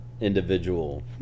individual